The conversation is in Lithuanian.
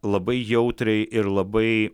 labai jautriai ir labai